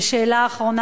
ושאלה אחרונה,